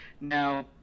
Now